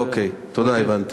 אוקיי, תודה, הבנתי.